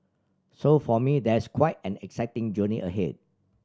so for me there's quite an exciting journey ahead